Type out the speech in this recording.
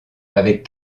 avec